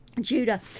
Judah